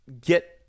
get